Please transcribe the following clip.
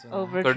over